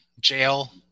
Jail